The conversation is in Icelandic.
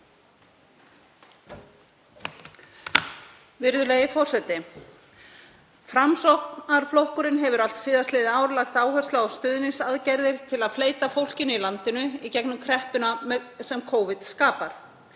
Virðulegi forseti. Framsóknarflokkurinn hefur allt síðastliðið ár lagt áherslu á stuðningsaðgerðir til að fleyta fólkinu í landinu í gegnum kreppuna sem Covid skapar.